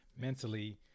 Mentally